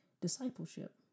discipleship